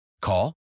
Call